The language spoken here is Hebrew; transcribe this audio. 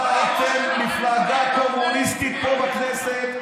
מפלגה קומוניסטית פה בכנסת,